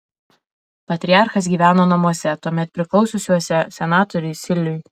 patriarchas gyveno namuose tuomet priklausiusiuose senatoriui siliui